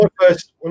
first